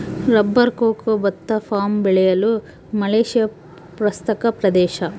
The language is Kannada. ರಬ್ಬರ್ ಕೊಕೊ ಭತ್ತ ಪಾಮ್ ಬೆಳೆಯಲು ಮಲೇಶಿಯಾ ಪ್ರಸಕ್ತ ಪ್ರದೇಶ